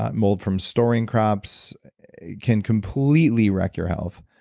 mold from storing crops can completely wreck your health.